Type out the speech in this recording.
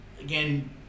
again